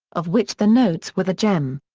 of which the notes were the gem.